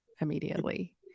immediately